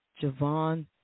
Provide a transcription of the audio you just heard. Javon